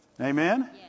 Amen